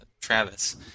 Travis